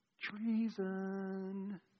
Treason